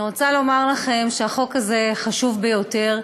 אני רוצה לומר לכם שהחוק הזה חשוב ביותר,